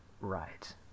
right